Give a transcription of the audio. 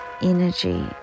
energy